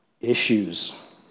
issues